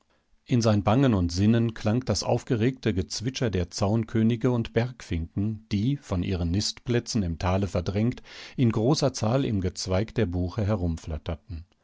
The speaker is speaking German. in sein bangen und sinnen klang das aufgeregte gezwitscher der zaunkönige und bergfinken die von ihren nistplätzen im tale verdrängt in großer zahl im gezweig der buche